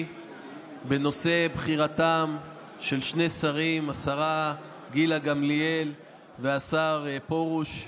בנושא בחירתם של שני שרים: השרה גילה גמליאל והשר פרוש.